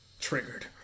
Triggered